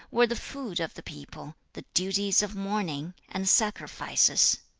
were the food of the people, the duties of mourning, and sacrifices.